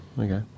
okay